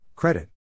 Credit